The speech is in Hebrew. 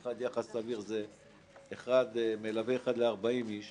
אחד "יחס סביר" זה מלווה אחד ל-40 ילדים